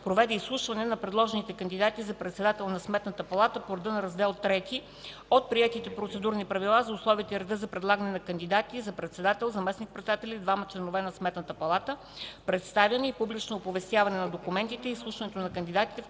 проведе изслушване на предложените кандидати за председател на Сметната палата по реда на Раздел ІІІ от приетите Процедурни правила за условията и реда за предлагане на кандидати за председател, за заместник-председатели и двама членове на Сметната палата, представяне и публично оповестяване на документите и изслушване на кандидатите в